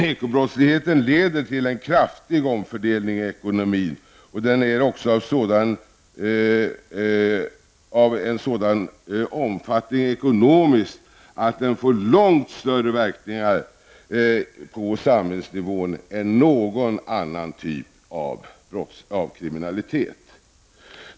Ekobrottsligheten leder till en kraftig omfördelning i ekonomin, och den är också av en sådan omfattning ekonomiskt att den får långt större verkningar på samhällsnivån än någon annan typ av kriminalitet.